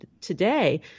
today